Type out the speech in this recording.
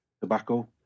tobacco